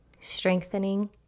strengthening